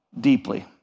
deeply